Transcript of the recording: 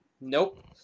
Nope